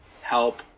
help